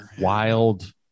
wild